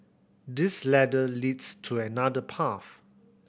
this ladder leads to another path